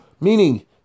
Meaning